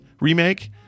remake